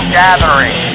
gathering